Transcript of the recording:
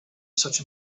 such